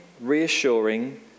reassuring